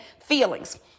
Feelings